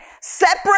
separate